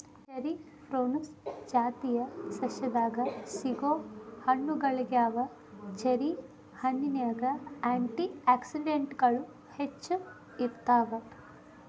cherry prunus ಜಾತಿಯ ಸಸ್ಯದಾಗ ಸಿಗೋ ಹಣ್ಣುಗಳಗ್ಯಾವ, ಚೆರಿ ಹಣ್ಣಿನ್ಯಾಗ ಆ್ಯಂಟಿ ಆಕ್ಸಿಡೆಂಟ್ಗಳು ಹೆಚ್ಚ ಇರ್ತಾವ